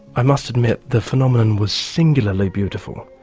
i must admit the phenomenon was singularly beautiful.